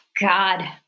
God